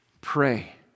Pray